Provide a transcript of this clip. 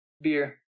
Beer